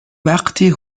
وقتی